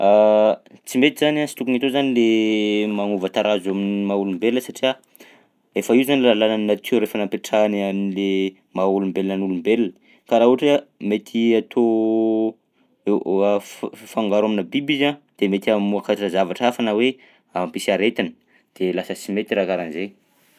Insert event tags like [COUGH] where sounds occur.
[HESITATION] Tsy mety zany a sy tokony atao zany le magnova tarazo am'maha-olombelona satria efa io zany ny lalànan'ny natiora efa napetrahany an'le maha-olombelona ny olombelona ka raha ohatra hoe mety atao e- ho af- fangaro aminà biby izy a de mety hamoakatra zavatra hafa na hoe hampisy aretina de lasa sy mety raha karahan'zay.